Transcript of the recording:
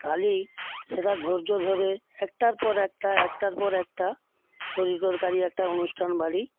তাহলে সেটা ধৈর্য ধরে একটার পর একটা একটার পর একটা তরিতরকারি একটা অনুষ্ঠানবাড়ি